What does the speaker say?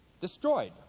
destroyed